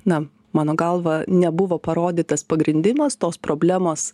na mano galva nebuvo parodytas pagrindimas tos problemos